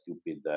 stupid